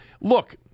look